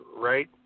right